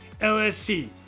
LSC